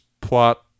plot